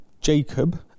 Jacob